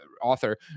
author